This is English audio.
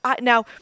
now